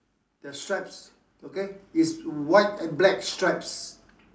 the stripes okay is white and black stripes